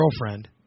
girlfriend